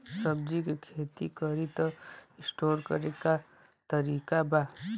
सब्जी के खेती करी त स्टोर करे के का तरीका बा?